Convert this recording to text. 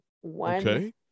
One